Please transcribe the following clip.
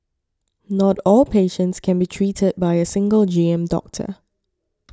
not all patients can be treated by a single G M doctor